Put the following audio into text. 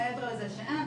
מעבר לזה שאין,